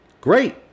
Great